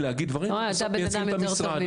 אתה בן אדם יותר טוב ממני.